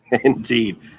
indeed